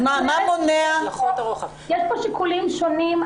יש פה שיקולים שונים.